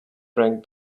drank